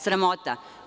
Sramota.